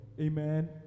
Amen